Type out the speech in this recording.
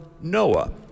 noah